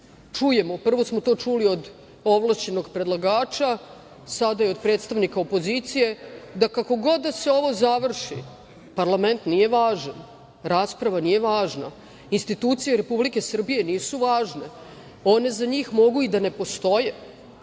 čujemo, prvo smo to čuli od ovlašćenog predlagača, sada i od predstavnika opozicije da kako god da se ovo završi parlament nije važan, rasprava nije važna, institucije Republike Srbije nisu važne. One za njih mogu i da ne postoje,